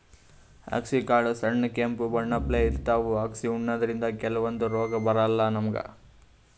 ಅಗಸಿ ಕಾಳ್ ಸಣ್ಣ್ ಕೆಂಪ್ ಬಣ್ಣಪ್ಲೆ ಇರ್ತವ್ ಅಗಸಿ ಉಣಾದ್ರಿನ್ದ ಕೆಲವಂದ್ ರೋಗ್ ಬರಲ್ಲಾ ನಮ್ಗ್